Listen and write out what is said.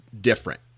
different